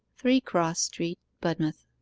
three cross street, budmouth